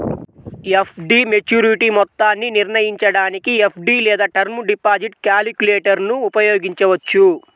FD maturity మొత్తాన్ని నిర్ణయించడానికి FD లేదా టర్మ్ డిపాజిట్ క్యాలిక్యులేటర్ను ఉపయోగించవచ్చు